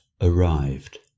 arrived